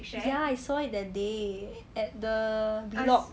ya I saw it that day at the blog